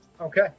Okay